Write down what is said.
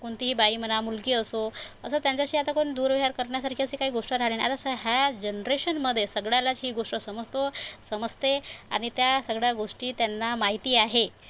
कोणतीही बाई म्हणा मुलगी असो असं त्यांच्याशी आता कोण दुर्व्यवहार करण्यासारखी अशी काही गोष्ट राहिली नाही आता असं ह्या जनरेशनमध्ये सगळ्यालाच ही गोस्ट समजतो समजते आणि त्या सगळ्या गोष्टी त्यांना माहिती आहे